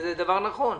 זה דבר נכון.